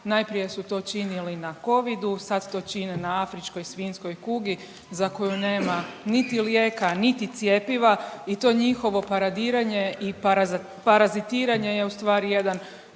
Najprije su to činili na Covidu, sad to čine na ASK za koju nema niti lijeka niti cjepiva i to njihovo paradiranje i parazitiranje je ustvari jedan